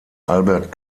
albert